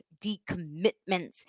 decommitments